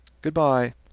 Good-bye